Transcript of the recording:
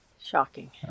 Shocking